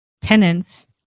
tenants